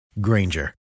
Granger